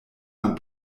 man